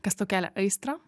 kas tau kelia aistrą